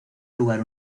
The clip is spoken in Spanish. lugar